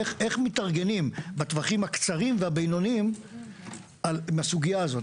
איך מתארגנים בטווחים הקצרים והבינוניים בסוגיה הזו.